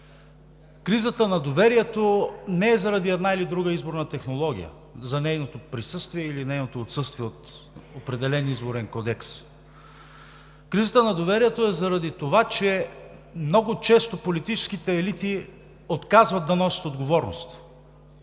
Кризата на доверието не е заради една или друга изборна технология, за нейното присъствие или нейното отсъствие от определен изборен кодекс. Кризата на доверието е заради това, че много често политическите елити отказват да носят отговорност,